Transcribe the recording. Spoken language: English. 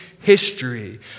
history